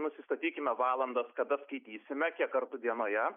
nusistatykime valandas kada skaitysime kiek kartų dienoje